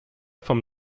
vom